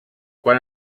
quan